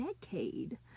decade